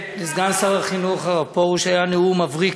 לסגן שר החינוך הרב פרוש היה נאום מבריק.